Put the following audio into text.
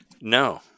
No